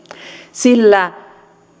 sillä